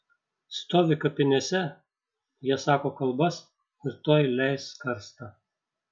stovi kapinėse jie sako kalbas ir tuoj leis karstą